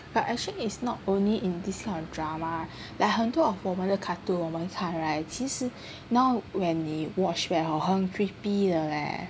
but actually is not only in this kind of drama like 很多 of 我们的 cartoon 我们看 right 其实 now when 你 watch it 很 creepy 的 leh